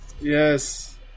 Yes